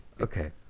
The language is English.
okay